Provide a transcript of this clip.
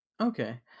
Okay